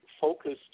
focused